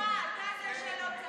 אני צנועה, אתה זה שלא צנוע.